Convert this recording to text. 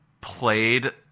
played